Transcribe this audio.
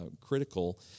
critical